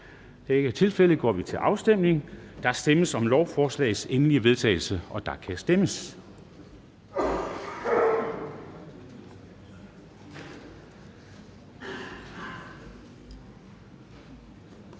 (Henrik Dam Kristensen): Der stemmes om lovforslagets endelige vedtagelse, og der kan stemmes.